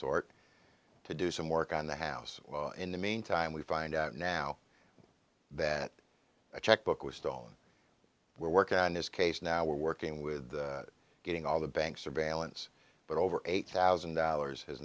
sort to do some work on the house in the meantime we find out now that a checkbook was stolen we're working on this case now we're working with getting all the bank surveillance but over eight thousand dollars has